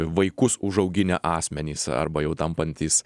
vaikus užauginę asmenys arba jau tampantys